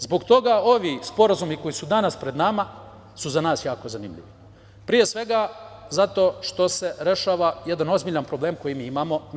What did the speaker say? Zbog toga ovi sporazumi koji su danas pred nama su za nas jako zanimljivi, pre svega zato što se rešava jedan ozbiljan problem koji mi imamo na